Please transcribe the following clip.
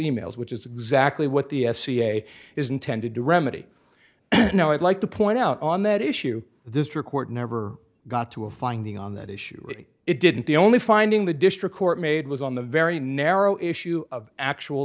e mails which is exactly what the s c a is intended to remedy now i'd like to point out on that issue this record never got to a finding on that issue it didn't the only finding the district court made was on the very narrow issue of actual